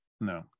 no